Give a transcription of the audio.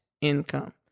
income